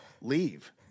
leave